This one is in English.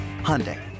Hyundai